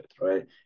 right